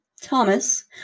Thomas